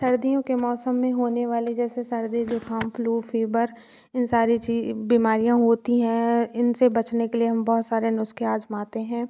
सर्दियों के मौसम में होने वाले जैसे सर्दी ज़ुकहाम फ्लू फीबर इन सारी ची बीमारियाँ होती हैं इन से बचने के लिए हम बहउत सारे नुस्ख़े आज़माते हैं